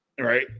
Right